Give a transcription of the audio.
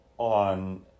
On